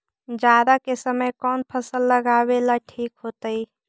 जाड़ा के समय कौन फसल लगावेला ठिक होतइ?